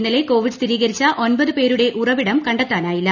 ഇന്നലെ കോവിഡ് സ്ഥിരീകരിച്ച ഒൻപത് പേരുടെ ഉറവിടം കണ്ടെത്താനായില്ല